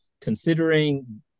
considering